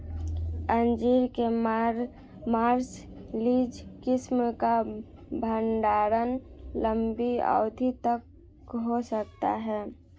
अंजीर के मार्सलीज किस्म का भंडारण लंबी अवधि तक हो सकता है